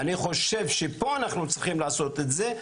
אני חושב שאנחנו צריכים לעשות את זה פה,